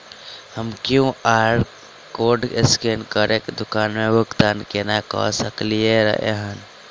हम QR code scan करके दुकान मे भुगतान केना करऽ सकलिये एहन?